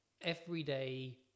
everyday